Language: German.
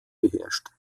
beherrscht